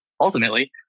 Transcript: ultimately